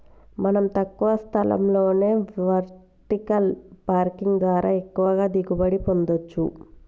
మనం తక్కువ స్థలంలోనే వెర్టికల్ పార్కింగ్ ద్వారా ఎక్కువగా దిగుబడి పొందచ్చు